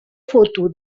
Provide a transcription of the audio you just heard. foto